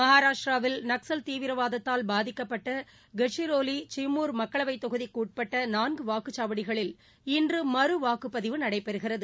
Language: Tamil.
மகாராஷ்டிராவில் நக்ஸல் தீவிரவாதத்தால் பாதிக்கப்பட்ட கஜ்சிரோவி சிமூர் மக்களவைத் தொகுதிக்குட்பட்ட நான்கு வாக்குச்சாவடிகளில் இன்று மறுவாக்குப்பதிவு நடைபெறுகிறது